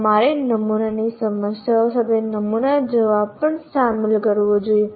તમારે નમૂનાની સમસ્યાઓ સાથે નમૂના જવાબ પણ શામેલ કરવો જોઈએ